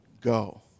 go